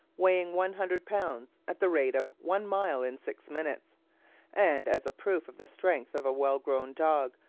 weighing one hundred pounds, at the rate of one mile in six minutes and as a proof of the strength of a well-grown dog,